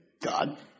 God